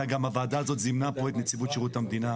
גם הוועדה הזאת זימנה פה את נציבות שירות המדינה.